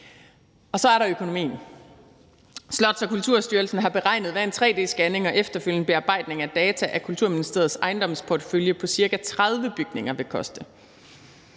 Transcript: Så er der økonomien. Slots- og Kulturstyrelsen har beregnet, hvad en tre-d-scanning og efterfølgende bearbejdning af data af Kulturministeriets ejendomsportefølje på ca. 30 bygninger vil koste.